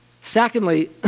Secondly